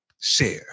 share